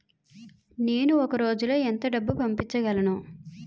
నేను ఒక రోజులో ఎంత డబ్బు పంపించగలను?